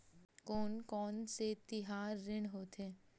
कोन कौन से तिहार ऋण होथे?